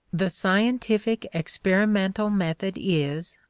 the scientific experimental method is,